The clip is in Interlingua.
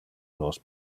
nos